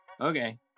Okay